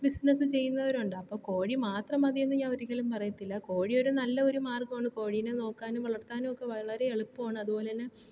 business ചെയ്യുന്നവരുണ്ട് അപ്പോൾ കോഴി മാത്രം മതി എന്ന് ഞാൻ ഒരിക്കലും പറയത്തില്ല കോഴി ഒരു നല്ല ഒരു മാർഗ്ഗമാണ് നോക്കാനും വളർത്താനും ഒക്കെ വളരെ എളുപ്പമാണ് അതുപോലെതന്നെ